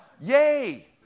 Yay